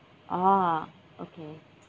orh okay